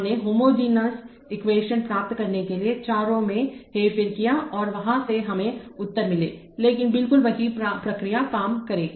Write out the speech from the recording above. हमने homogeneous equation प्राप्त करने के लिए चरों में हेरफेर किया और वहां से हमें उत्तर मिलेलेकिन बिल्कुल वही प्रक्रिया काम करेगी